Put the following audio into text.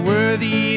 Worthy